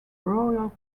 royal